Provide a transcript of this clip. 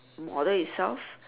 model itself